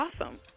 awesome